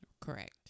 Correct